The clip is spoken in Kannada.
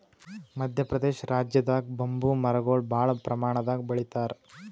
ಮದ್ಯ ಪ್ರದೇಶ್ ರಾಜ್ಯದಾಗ್ ಬಂಬೂ ಮರಗೊಳ್ ಭಾಳ್ ಪ್ರಮಾಣದಾಗ್ ಬೆಳಿತಾರ್